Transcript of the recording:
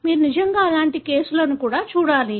మీరు నిజంగా అలాంటి కేసులను కూడా చూడాలి